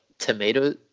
tomato